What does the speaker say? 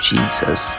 Jesus